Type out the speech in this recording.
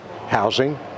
housing